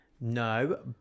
No